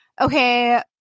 Okay